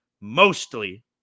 mostly